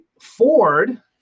Ford